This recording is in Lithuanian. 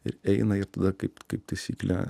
ir eina ir kaip kaip taisyklė